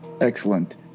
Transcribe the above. Excellent